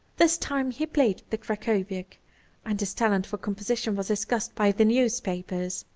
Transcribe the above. this time he played the krakowiak and his talent for composition was discussed by the newspapers.